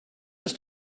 just